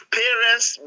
parents